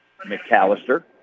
McAllister